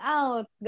out